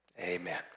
Amen